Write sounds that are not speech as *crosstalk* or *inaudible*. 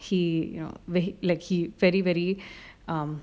he you know the like he very very *breath* um